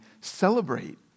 celebrate